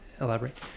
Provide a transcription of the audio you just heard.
elaborate